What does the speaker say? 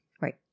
Right